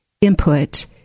input